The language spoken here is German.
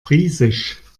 friesisch